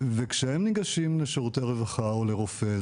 וכשהם ניגשים לשירותי הרווחה או לרופא,